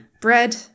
Bread